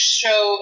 show